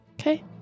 Okay